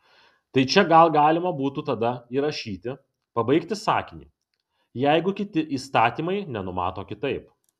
tai čia gal galima būtų tada įrašyti pabaigti sakinį jeigu kiti įstatymai nenumato kitaip